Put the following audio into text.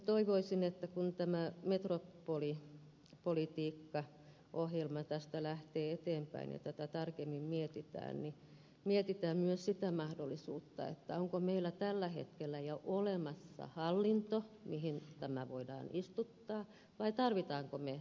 toivoisin että kun tämä metropolipolitiikkaohjelma tästä lähtee eteenpäin ja tätä tarkemmin mietitään niin mietitään myös sitä mahdollisuutta onko meillä tällä hetkellä jo olemassa hallinto mihin tämä voidaan istuttaa vai tarvitsemmeko me uuden hallintomallin